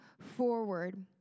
forward